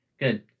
Good